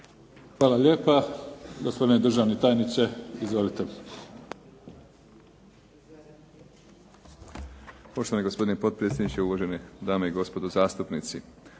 Hvala lijepo. Gospodine državni tajniče. Izvolite. **Pičuljan, Zoran** Poštovani gospodine potpredsjedniče, uvažene dame i gospodo zastupnici.